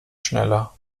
schneller